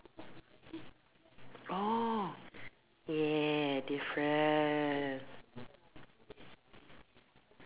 oh yeah different